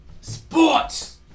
Sports